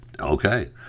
Okay